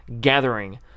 gathering